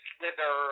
Slither